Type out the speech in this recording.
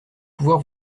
pouvoir